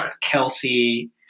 Kelsey